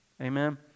amen